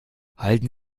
halten